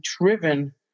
driven